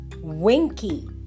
Winky